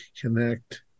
connect